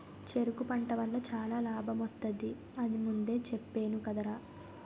చెరకు పంట వల్ల చాలా లాభమొత్తది అని ముందే చెప్పేను కదరా?